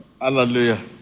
Hallelujah